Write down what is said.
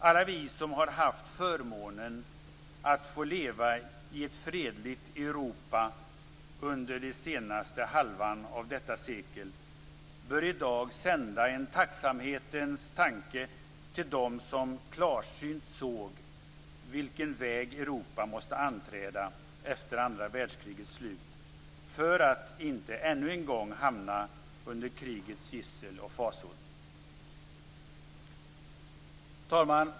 Alla vi som har haft förmånen att få leva i ett fredligt Europa under den senare halvan av detta sekel bör i dag sända en tacksamhetens tanke till dem som klarsynt såg vilken väg Europa måste anträda efter andra världskrigets slut för att inte ännu en gång hamna under krigets gissel och fasor. Fru talman!